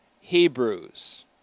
Hebrews